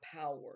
power